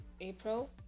April